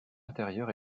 intérieure